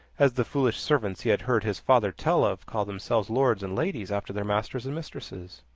as the foolish servants he had heard his father tell of call themselves lords and ladies, after their masters and mistresses.